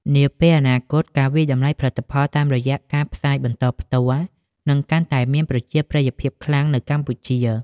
នាពេលអនាគត ការវាយតម្លៃផលិតផលតាមរយៈការផ្សាយបន្តផ្ទាល់ នឹងកាន់តែមានប្រជាប្រិយភាពខ្លាំងនៅកម្ពុជា។